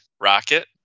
rocket